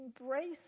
embrace